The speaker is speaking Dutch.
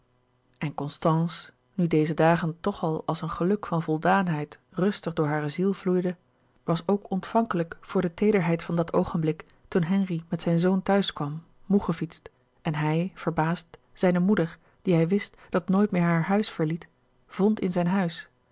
en constance nu deze dagen toch al als een geluk van voldaanheid rustig door hare ziel vloeide was ook ontvankelijk voor de teederheid van dat oogenblik toen henri met zijn zoon thuiskwam moê gefietst en hij verbaasd zijne moeder die hij wist dat nooit meer haar huis verliet vond in zijn huis